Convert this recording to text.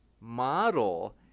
model